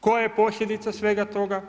Koja je posljedica svega toga?